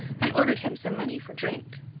and ordered him some money for drink.